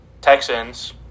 Texans